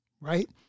right